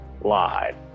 lied